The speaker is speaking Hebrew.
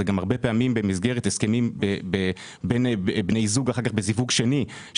הרבה פעמים זה במסגרת הסכמים בין בני זוג בזיווג שני.